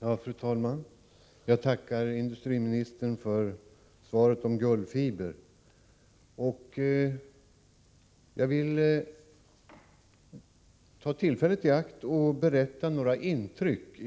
Fru talman! Jag tackar industriministern för svaret om Gullfiber. Jag vill ta tillfället i akt och berätta några intryck